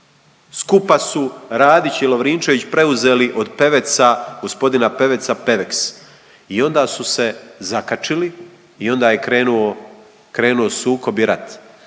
skupa su Radić i Lovrinčević preuzeli od Peveca gospodina Peveca Pevex i onda su se zakačili i onda je krenuo, krenuo sukob i rat.